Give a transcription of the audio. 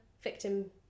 victim